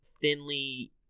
thinly